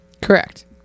Correct